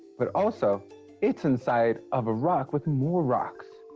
but also it's inside of a rock with more rocks.